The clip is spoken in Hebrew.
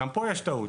גם פה יש טעות